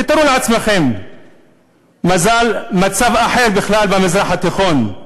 תתארו לעצמם מצב אחר בכלל במזרח התיכון.